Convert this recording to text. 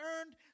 earned